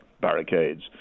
barricades